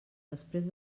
després